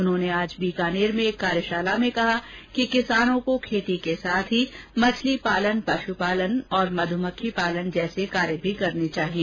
उन्होंने आज बीकानेर में एक कार्यशाला में कहा कि किसानों को खेती के साथ ही मछली पालन पश्पालन और मध्मक्खी पालन जैसे कार्य भी करने चाहिए